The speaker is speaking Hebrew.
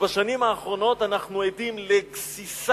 ובשנים האחרונות אנחנו עדים לגסיסה,